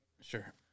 Sure